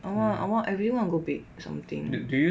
I want I want I really want to go bake something